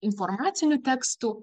informacinių tekstų